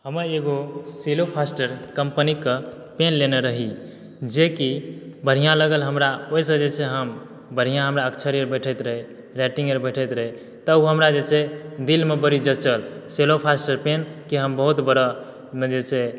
हमे एगो Cello Faster company के पेन लेने रही जेकि बढ़िऑं लगल हमरा ओहिसॅं जे छै हम बढ़िऑं हमरा अक्षर बैठैत रहय राइटिंग अर बैठैत रहय तब ओ हमरा जे छै दिल मे बड़ी जंचल सेलोफ़ास्टर पेन के हम बहुत बड़ा जे छै